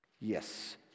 Yes